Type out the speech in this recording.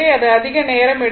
அது அதிக நேரம் எடுக்கும்